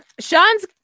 Sean's